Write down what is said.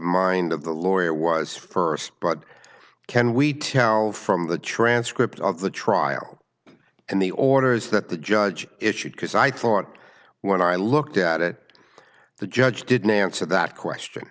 mind of the lawyer was st but can we tell from the transcript of the trial and the orders that the judge issued because i thought when i looked at it the judge didn't answer that question